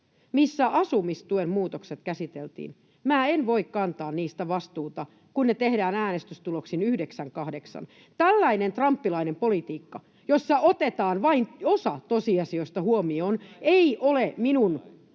missä asumistuen muutokset käsiteltiin, en voi kantaa niistä vastuuta, kun ne tehdään äänestystuloksin 9—8. Tällainen trumpilainen politiikka, jossa otetaan vain osa tosiasioista huomioon, ei ole minun